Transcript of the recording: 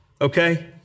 Okay